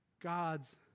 God's